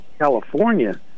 california